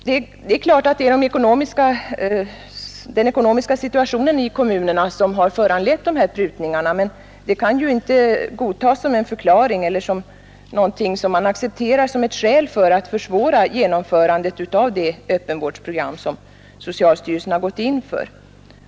Det är klart att det är den ekonomiska situationen i kommunerna som har föranlett dessa prutningar, men det kan inte godtas som en förklaring eller som någonting man accepterar som ett skäl för att försvåra genomförandet av det öppenvårdsprogram som socialstyrelsen har gått in för.